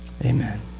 Amen